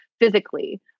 physically